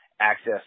access